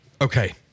Okay